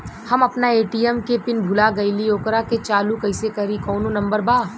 हम अपना ए.टी.एम के पिन भूला गईली ओकरा के चालू कइसे करी कौनो नंबर बा?